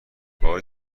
وای